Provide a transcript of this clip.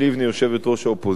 יושבת-ראש האופוזיציה,